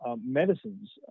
medicines